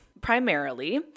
primarily